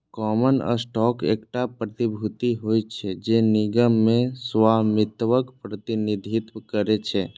common stock एकटा प्रतिभूति होइ छै, जे निगम मे स्वामित्वक प्रतिनिधित्व करै छै